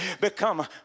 become